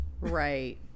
Right